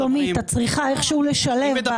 שלומית, את צריכה איכשהו לשלב.